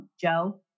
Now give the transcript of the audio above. Joe